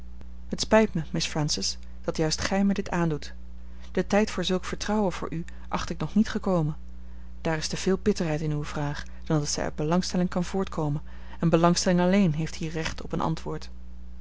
het spijt mij miss francis dat juist gij mij dit aandoet de tijd voor zulk vertrouwen voor u acht ik nog niet gekomen daar is te veel bitterheid in uwe vraag dan dat zij uit belangstelling kan voortkomen en belangstelling alleen heeft hier recht op een antwoord